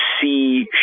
see